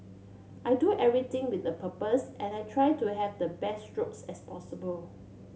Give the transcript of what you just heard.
I do everything with a purpose and I try to have the best strokes as possible